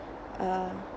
uh